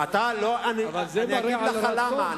אבל זה מראה שיש רצון.